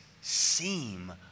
seem